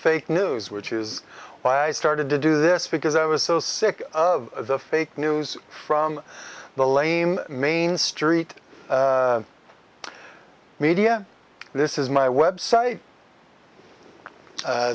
fake news which is why i started to do this because i was so sick of the fake news from the lame mainstreet media this is my website